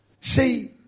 See